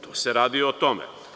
Tu se radi o tome.